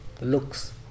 looks